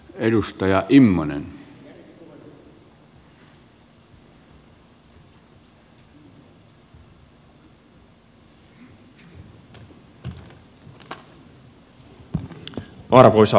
arvoisa herra puhemies